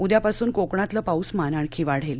उद्यापासून कोकणातलं पाऊसमान आणखी वाढेल